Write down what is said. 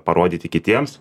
parodyti kitiems